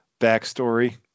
backstory